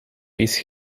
iets